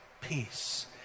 Peace